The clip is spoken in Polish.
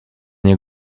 niej